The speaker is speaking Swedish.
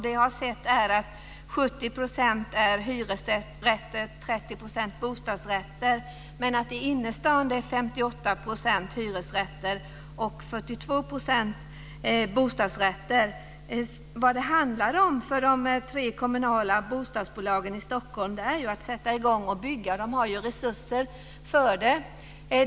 Det jag har sett är att 70 % är hyresrätter och 30 % bostadsrätter. Men i innerstan är det 58 % Vad det handlar om för de tre kommunala bostadsbolagen i Stockholm är att sätta i gång att bygga. De har resurser för det.